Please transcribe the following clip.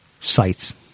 sites